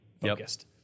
focused